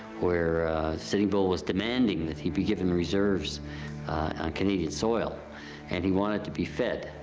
where sitting bull was demanding that he be given reserves on canadian soil and he wanted to be fed.